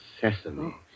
sesame